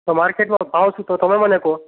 તો માર્કેટમાં ભાવ શું તો તમે મને કહો